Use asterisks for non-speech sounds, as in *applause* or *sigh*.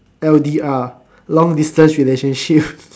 L_D_R long distance relationship *breath*